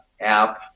app